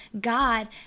God